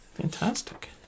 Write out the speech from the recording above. Fantastic